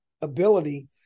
ability